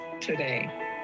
today